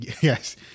Yes